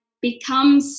become